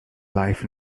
life